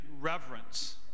reverence